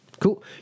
cool